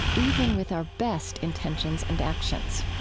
even with our best intentions and actions.